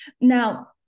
Now